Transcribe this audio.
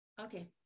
okay